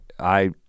I-